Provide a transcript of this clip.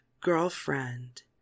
girlfriend